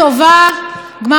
גמר חתימה טובה.